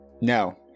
No